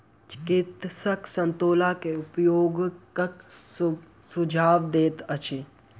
चिकित्सक संतोला के उपयोगक सुझाव दैत अछि